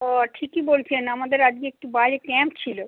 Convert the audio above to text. ও ঠিকই বলছেন আমাদের আজকে একটু বাইরে ক্যাম্প ছিল